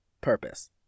Purpose